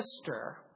sister